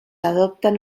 adopten